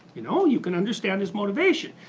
you know you can understand his motivation.